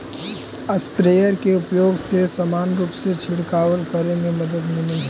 sprayer के उपयोग से समान रूप से छिडकाव करे में मदद मिलऽ हई